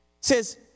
says